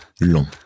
long